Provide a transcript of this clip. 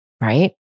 Right